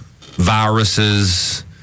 viruses